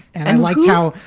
and like now,